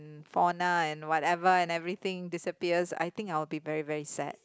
fauna and whatever and everything disappears I think I'll be very very sad